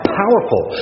powerful